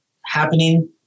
happening